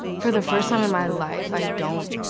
for the first time in my life i don't